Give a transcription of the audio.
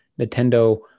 nintendo